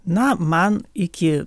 na man iki